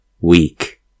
weak